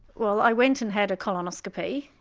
well i went and had a colonoscopy.